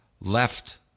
left